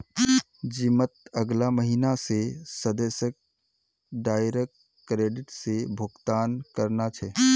जिमत अगला महीना स सदस्यक डायरेक्ट क्रेडिट स भुक्तान करना छ